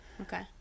okay